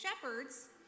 shepherds